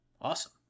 Awesome